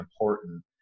important